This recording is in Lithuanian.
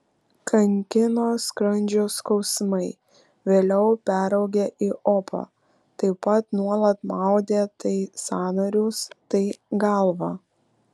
kankino skrandžio skausmai vėliau peraugę į opą taip pat nuolat maudė tai sąnarius tai galvą